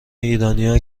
ایرانیا